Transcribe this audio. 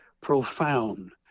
profound